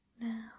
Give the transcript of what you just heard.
now